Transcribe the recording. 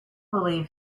believe